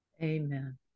Amen